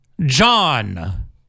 John